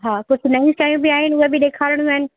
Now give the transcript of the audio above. हा कुझु नयूं शयूं बि आहिनि उहे बि ॾेखारिणियूं आहिनि